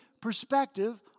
perspective